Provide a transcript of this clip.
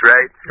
Right